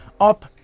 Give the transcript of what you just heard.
up